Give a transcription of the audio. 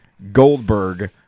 Goldberg